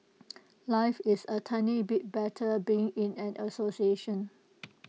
life is A tiny bit better being in an association